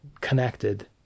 connected